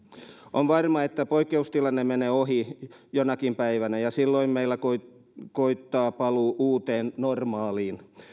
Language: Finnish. on varmaa että poikkeustilanne menee ohi jonakin päivänä ja silloin meillä koittaa paluu uuteen normaaliin